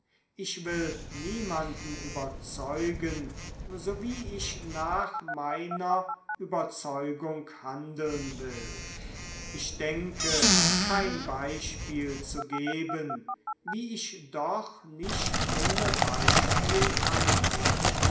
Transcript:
ich will niemanden überzeugen so wie ich nach meiner überzeugung handeln will ich denke kein beispiel zu geben wie ich doch nicht ohne beispiel handle